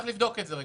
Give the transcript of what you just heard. אפשר לבדוק את זה.